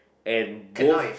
and both